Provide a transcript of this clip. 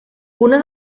una